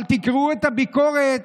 אבל תקראו את הביקורת